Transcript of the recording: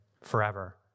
forever